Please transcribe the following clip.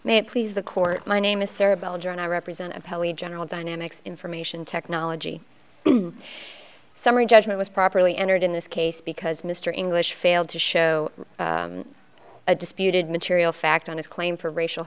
it please the court my name is sarah bell john i represent appellee general dynamics information technology summary judgment was properly entered in this case because mr english failed to show a disputed material fact on his claim for racial